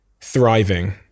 thriving